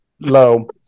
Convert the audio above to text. Low